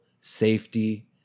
safety